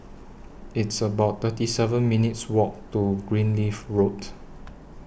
It's about thirty seven minutes' Walk to Greenleaf Road